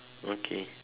okay